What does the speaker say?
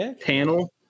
Panel